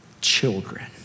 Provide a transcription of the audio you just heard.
children